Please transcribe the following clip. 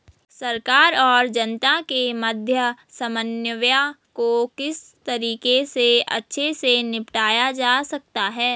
सरकार और जनता के मध्य समन्वय को किस तरीके से अच्छे से निपटाया जा सकता है?